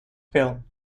film